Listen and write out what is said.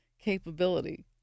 capability